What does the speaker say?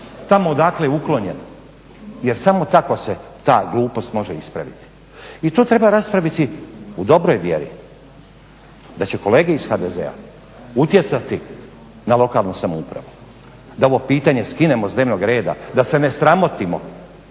tamo odakle je uklonjen jer samo tako se ta glupost može ispraviti. I to treba raspraviti u dobroj vjeri, da će kolege iz HDZ-a utjecati na lokalnu samoupravu, da ovo pitanje skinemo s dnevnog reda, da se ne sramotimo,